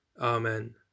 Amen